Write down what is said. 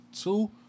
two